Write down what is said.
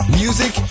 music